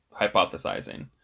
hypothesizing